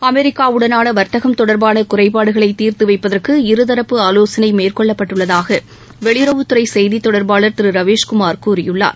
America உடனான வர்த்தகம் தொடர்பான குறைபாடுகளை தீர்த்து வைப்பதற்கு இருதரப்பு ஆலோசனை மேற்கொள்ளப்பட்டுள்ளதாக வெளியுறவுத் துறை செய்தித் தொடர்பாளர் ரவீஸ்குமார் கூறியுள்ளார்